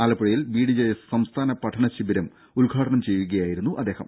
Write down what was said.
ആലപ്പുഴയിൽ B D J S സംസ്ഥാന പഠന ശിഖിരം ഉദ്ഘാടനം ചെയ്യുകയായിരുന്നു അദ്ദേഹം